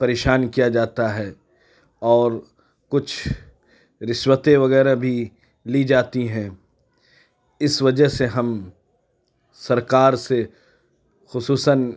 پریشان کیا جاتا ہے اور کچھ رشوتیں وغیرہ بھی لی جاتی ہیں اس وجہ سے ہم سرکار سے خصوصاً